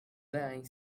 blowing